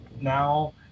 Now